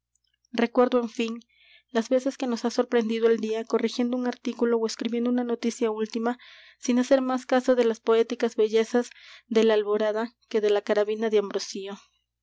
recuerdo en fin las veces que nos ha sorprendido el día corrigiendo un artículo ó escribiendo una noticia última sin hacer más caso de las poéticas bellezas de la alborada que de la carabina de ambrosio